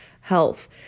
health